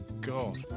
God